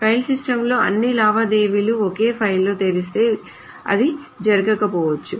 file సిస్టమ్స్లో అన్ని లావాదేవీలు ఒకే ఫైల్లో తెరిస్తే అది జరగకపోవచ్చు